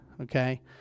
okay